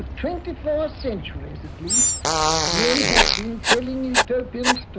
twenty four centuries at least men have been telling utopian